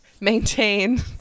maintain